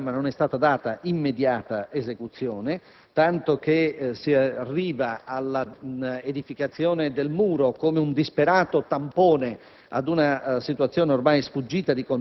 A questo programma non è stata data immediata esecuzione, tanto che si è arrivati all'edificazione del muro come disperato tampone